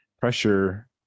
pressure